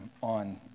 on